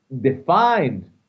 defined